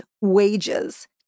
wages